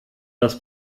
das